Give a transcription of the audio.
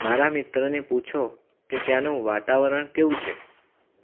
મારા મિત્રને પૂછો કે ત્યાંનું વાતાવરણ કેવું છે